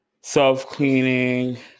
self-cleaning